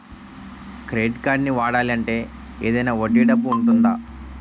Credit కార్డ్ని వాడాలి అంటే ఏదైనా వడ్డీ డబ్బు ఉంటుందా?